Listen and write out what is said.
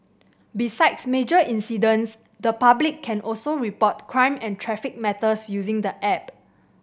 besides major incidents the public can also report crime and traffic matters using the app